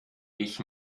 ich